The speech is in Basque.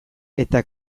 eta